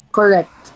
correct